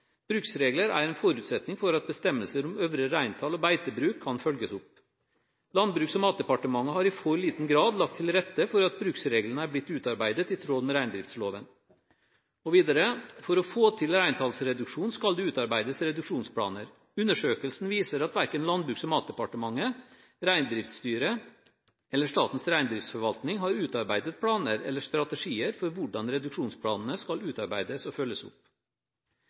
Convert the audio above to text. og beitebruk kan følges opp. Landbruks- og matdepartementet har i for liten grad lagt til rette for at bruksreglene er blitt utarbeidet i tråd med reindriftsloven.» Og videre: «For å få til reintallsreduksjon skal det utarbeides reduksjonsplaner. Undersøkelsen viser at verken Landbruks- og matdepartementet, Reindriftsstyret eller Statens reindriftsforvaltning har utarbeidet planer eller strategier for hvordan reduksjonsplanene skal utarbeides og følges opp.»